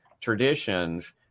traditions